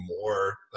more